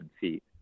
feet